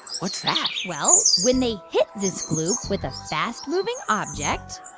what's that? well, when they hit this gloop with a fast-moving object,